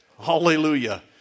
Hallelujah